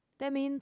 that means